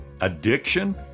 addiction